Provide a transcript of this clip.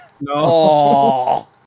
No